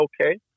okay